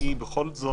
בכל זאת,